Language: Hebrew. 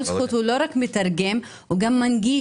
כל זכות הוא לא רק מתרגם אלא הוא גם מנגיש